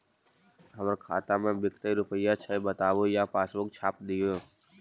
हमर खाता में विकतै रूपया छै बताबू या पासबुक छाप दियो?